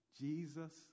Jesus